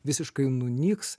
visiškai nunyks